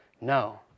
No